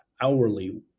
hourly